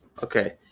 Okay